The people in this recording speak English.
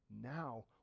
now